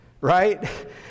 right